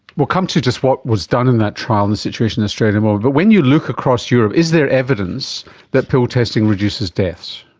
we'll come to just what was done in that trial and the situation in australia more, but when you look across europe, is there evidence that pill testing reduces deaths?